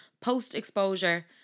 post-exposure